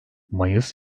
mayıs